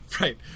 Right